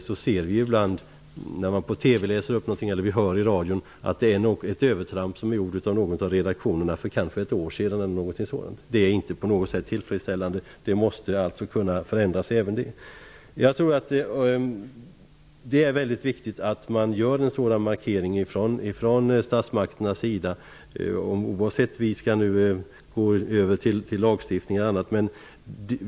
Vi ser ibland när man läser upp någonting på TV eller hör i radion att det gäller övertramp som gjorts av någon av redaktionerna för kanske ett år sedan. Det är inte på något sätt tillfredsställande. Även det måste kunna förändras. Jag tror att det är väldigt viktigt att man gör en sådan markering från statsmakternas sida oavsett om vi nu skall gå över till lagstiftning eller något annat.